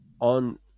on